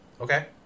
Okay